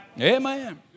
Amen